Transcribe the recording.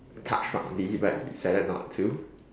touch rugby but decided not to